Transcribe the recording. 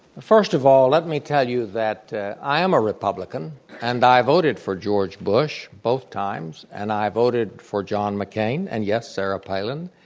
first of all, let me tell you that i am a republican and i voted for george bush both times, and i voted for john mccain and yes, sarah palin,